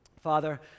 father